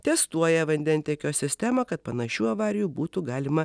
testuoja vandentiekio sistemą kad panašių avarijų būtų galima